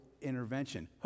intervention